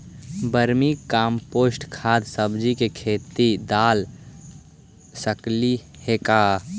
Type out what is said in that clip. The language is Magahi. वर्मी कमपोसत खाद सब्जी के खेत दाल सकली हे का?